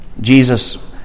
Jesus